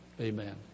Amen